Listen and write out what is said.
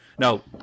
Now